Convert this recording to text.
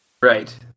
Right